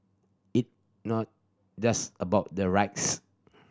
it not just about the rights